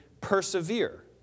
persevere